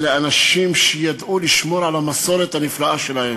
אלה אנשים שידעו לשמור על המסורת הנפלאה שלהם.